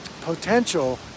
potential